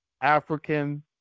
African